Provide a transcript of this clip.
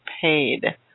paid